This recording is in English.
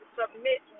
submit